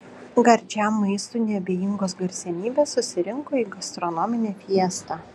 gardžiam maistui neabejingos garsenybės susirinko į gastronominę fiestą